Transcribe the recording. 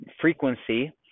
frequency